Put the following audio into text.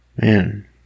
Man